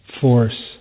force